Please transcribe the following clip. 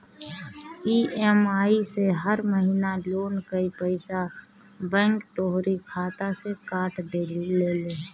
EMI से हर महिना लोन कअ पईसा बैंक तोहरी खाता से काट लेले